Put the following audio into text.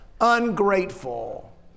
ungrateful